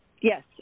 Yes